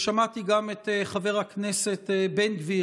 ושמעתי גם את חבר הכנסת בן גביר,